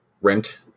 rent